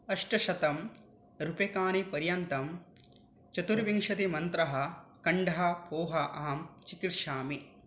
अष्टशतं रूप्यकाणि पर्यन्तं चतुर्विंशतिमन्त्रं खण्डः पोहा अहं चिक्रीषामि